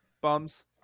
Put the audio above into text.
Bums